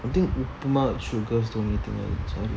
I think upma sugar only thing I eat